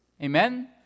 amen